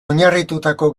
oinarritutako